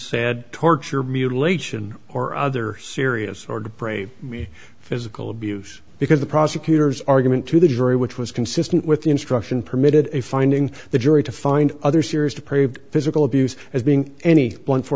said torture mutilation or other serious or dupr me physical abuse because the prosecutor's argument to the jury which was consistent with the instruction permitted a finding the jury to find other serious to prove physical abuse as being any blunt for